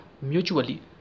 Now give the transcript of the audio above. mutually